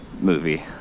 movie